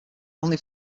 only